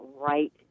right